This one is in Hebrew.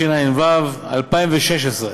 התשע"ו 2016?